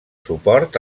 suport